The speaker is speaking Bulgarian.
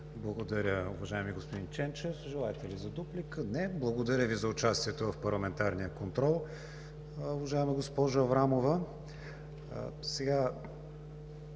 Благодаря Ви, уважаеми господин Ченчев. Желаете ли дуплика? Не. Благодаря Ви за участието в парламентарния контрол, уважаема госпожо Аврамова.